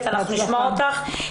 אז סוכני האיתור של פגיעות פחות נגישים.